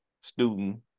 student